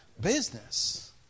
business